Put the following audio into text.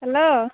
hello